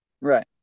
Right